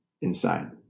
inside